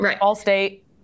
All-state